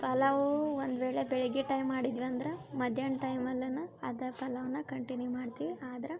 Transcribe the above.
ಪಲಾವು ಒಂದ್ವೇಳೆ ಬೆಳಗ್ಗೆ ಟೈಮ್ ಮಾಡಿದ್ವಿ ಅಂದ್ರ ಮಧ್ಯಾಹ್ನ ಟೈಮ್ ಅಲ್ಲನ್ ಅದೇ ಪಲಾವನ್ನ ಕಂಟಿನ್ಯೂ ಮಾಡ್ತೀವಿ ಆದ್ರ